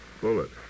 Bullet